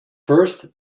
first